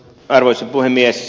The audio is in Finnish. arvoisa puhemies